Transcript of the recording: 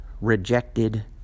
rejected